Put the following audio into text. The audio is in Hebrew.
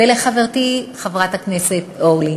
ולחברתי חברת הכנסת אורלי